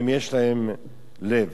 יש להם לב.